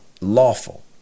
lawful